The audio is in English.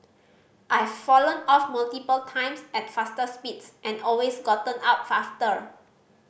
I've fallen off multiple times at faster speeds and always gotten up after